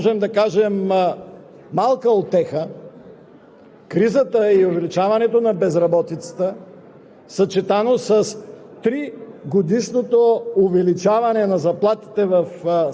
Това е обяснимо в условията на тежката икономическа криза, която преживява България. Можем да кажем – малка утеха,